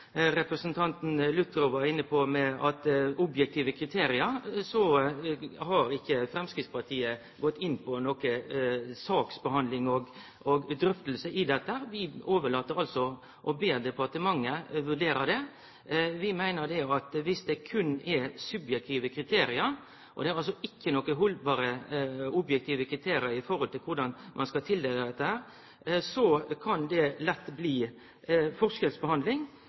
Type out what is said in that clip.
representanten Lydvo var inne på – om objektive kriterium, har ikkje Framstegspartiet gått inn på saksbehandling og drøftingar. Vi overlèt dette til departementet og ber dei vurdere det. Vi meiner at dersom det berre er subjektive kriterium, og det ikkje er nokon haldbare objektive kriterium for korleis ein skal tildele dette, kan det lett bli